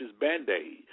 Band-Aid